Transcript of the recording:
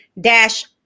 Dash